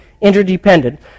interdependent